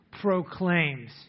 proclaims